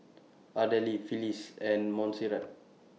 Ardelle Phylis and Monserrat